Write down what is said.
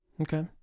Okay